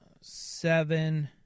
seven